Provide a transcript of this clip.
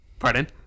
Pardon